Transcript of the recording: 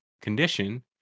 condition